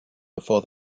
before